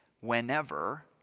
whenever